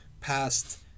past